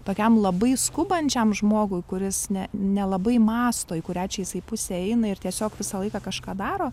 tokiam labai skubančiam žmogui kuris ne nelabai mąsto į kurią čia jisai pusę eina ir tiesiog visą laiką kažką daro